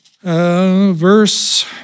verse